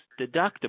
deductible